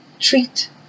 treat